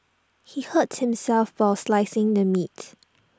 he hurt himself while slicing the meat